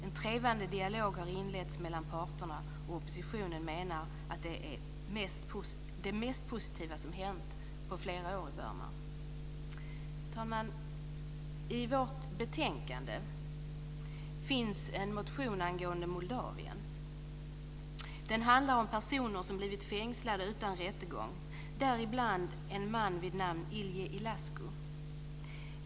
En trevande dialog har inletts mellan parterna, och oppositionen menar att det är det mest positiva som har hänt på flera år i Burma. Fru talman! I vårt betänkande finns en motion angående Moldavien. Den handlar om personer som blivit fängslade utan rättegång, däribland en man vid namn Ilie Ilascu.